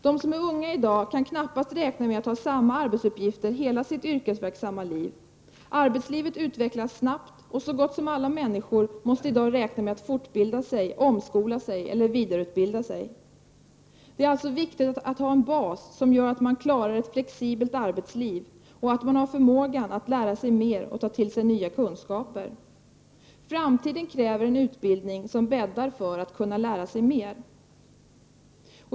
De som är unga i dag kan knappast räkna med att ha samma arbetsuppgifter hela sitt yrkesverksamma liv. Arbetslivet utvecklas snabbt, och så gott som alla människor måste i dag räkna med att fortbilda sig, omskola sig eller vidareutbilda sig. Det är alltså viktigt att ha en bas som gör att man klarar ett flexibelt arbetsliv och att man har förmågan att lära sig mer och ta till sig nya kunskaper. Framtiden kräver en utbildning som bäddar för att man skall kunna lära sig mer.